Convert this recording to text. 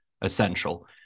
essential